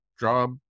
job